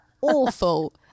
awful